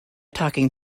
talking